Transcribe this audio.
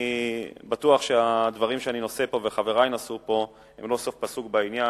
אני בטוח שהדברים שאני נושא פה וחברי נשאו פה הם לא סוף-פסוק בעניין.